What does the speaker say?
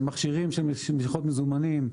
מכשירים של משיכות מזומנים,